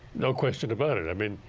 no question about it. i mean